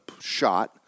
shot